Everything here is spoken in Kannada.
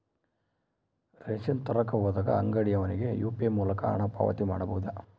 ರೇಷನ್ ತರಕ ಹೋದಾಗ ಅಂಗಡಿಯವನಿಗೆ ಯು.ಪಿ.ಐ ಮೂಲಕ ಹಣ ಪಾವತಿ ಮಾಡಬಹುದಾ?